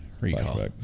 recall